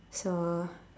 so